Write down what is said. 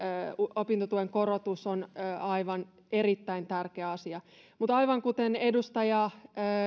opintotuen korotus on aivan erittäin tärkeä asia mutta aivan kuten edustaja